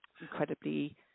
incredibly